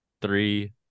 three